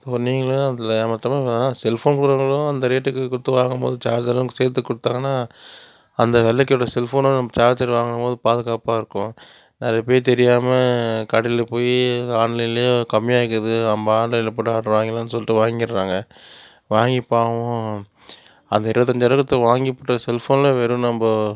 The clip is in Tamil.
ஸோ நீங்களும் அதில் செல்ஃபோன் கொடுக்குறவங்க அந்த ரேட்டுக்கு கொடுத்து வாங்கும் போது சார்ஜரும் சேர்த்து கொடுத்தாங்கன்னா அந்த வெலக்கேத்த செல்ஃபோனும் நம்ம சார்ஜர் வாங்கும் போது பாதுகாப்பாக இருக்கும் நிறைய பேரு தெரியாமல் கடையில் போய் ஆன்லைன்லையே கம்மியாக இருக்குது நம்ம ஆன்லைன்ல போட்டால் அப்புறம் வாங்கிகலான்னு சொல்லிட்டு வாங்குறாங்க வாங்கி பாவம் அந்த இருபத்தஞ்சாய ரூபா கொடுத்து வாங்கி போட்ட செல்ஃபோன்ல வெறும் நம்ம